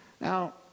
Now